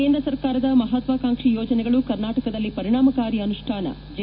ಕೇಂದ್ರ ಸರ್ಕಾರದ ಮಹತ್ವಾಕಾಂಕ್ಷಿ ಯೋಜನೆಗಳು ಕರ್ನಾಟಕದಲ್ಲಿ ಪರಿಣಾಮಕಾರಿ ಅನುಷ್ಠಾನ ಜೆ